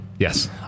Yes